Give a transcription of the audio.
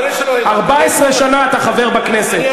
14 שנה אתה חבר בכנסת,